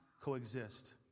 coexist